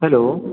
hello